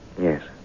Yes